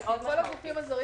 כל הגופים הזרים